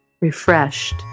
refreshed